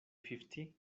fifty